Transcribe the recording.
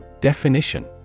Definition